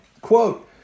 quote